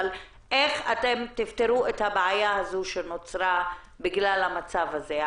אבל איך תפתרו את הבעיה שנוצרה בגלל המצב הזה?